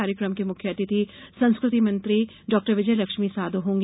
कार्यक्रम के मुख्य अतिथि संस्कृति मंत्री डॉक्टर विजय लक्ष्मी साधो होंगी